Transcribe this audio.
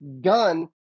gun